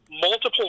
multiple